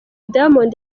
diamond